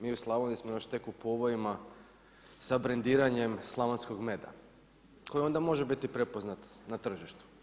Mi u Slavoniji smo još tek u povojima sa brendiranjem slavonskog meda koji onda može biti prepoznat na tržištu.